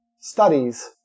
studies